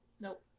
Nope